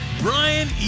Brian